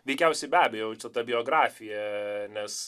veikiausiai be abejo jau čia ta biografija nes